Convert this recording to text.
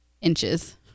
inches